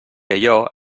allò